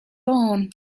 born